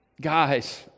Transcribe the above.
guys